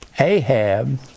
Ahab